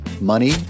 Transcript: money